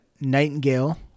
Nightingale